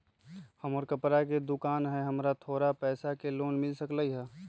हमर कपड़ा के दुकान है हमरा थोड़ा पैसा के लोन मिल सकलई ह?